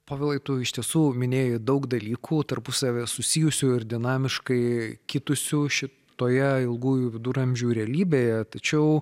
povilai tu iš tiesų minėjai daug dalykų tarpusavyje susijusių ir dinamiškai kitusių šitoje ilgųjų viduramžių realybėje tačiau